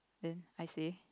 then I say